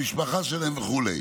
מהמשפחה שלהם וכו'.